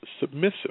submissive